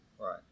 right